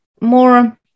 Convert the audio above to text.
more